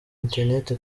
internet